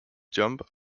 jump